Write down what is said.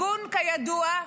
כידוע,